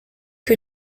que